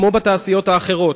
כמו בתעשיות האחרות: